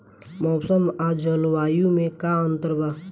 मौसम और जलवायु में का अंतर बा?